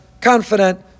confident